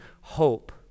hope